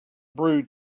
brew